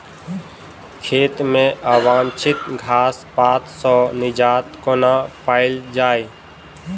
खेत मे अवांछित घास पात सऽ निजात कोना पाइल जाइ?